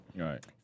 Right